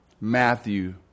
Matthew